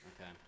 okay